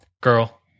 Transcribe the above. girl